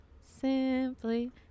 simply